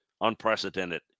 unprecedented